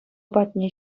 патне